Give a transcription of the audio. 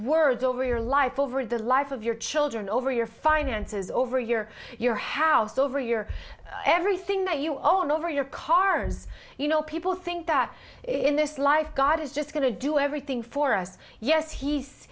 words over your life over the life of your children over your finances over a year your house over your everything that you all over your cars you know people think that in this life god is just going to do everything for us yes he's